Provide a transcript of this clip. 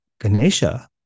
Ganesha